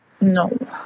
No